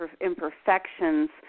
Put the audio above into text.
imperfections